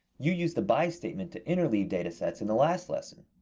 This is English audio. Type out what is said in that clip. you used the by statement to interleave data sets in the last lesson.